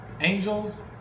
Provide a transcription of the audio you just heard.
Angels